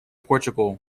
portugal